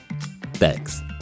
Thanks